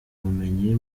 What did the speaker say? ubumenyi